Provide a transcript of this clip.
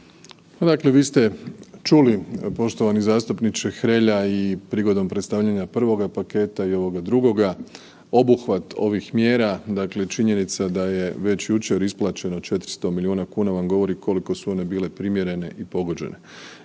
Dakle vi ste čuli poštovani zastupniče Hrelja i prigodom predstavljanja prvoga paketa i ovoga drugoga, obuhvat ovih mjera činjenica da je već jučer isplaćeno 400 milijuna kuna vam govori koliko su one bile primjerene i pogođene.